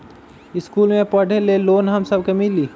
इश्कुल मे पढे ले लोन हम सब के मिली?